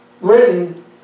written